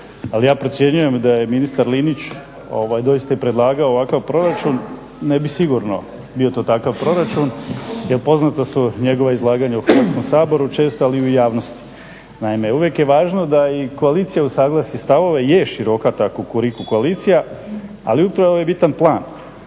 Ali ja procjenjujem da je ministar Linić doista i predlagao ovakav proračun, ne bi sigurno bio to takav proračun, poznata su njegova izlaganja u Hrvatskom saboru često, ali i u javnosti. Naime, uvijek je važno da i koalicija usuglasi stavove, je široka ta Kukuriku koalicija, ali upravo je bitan plan.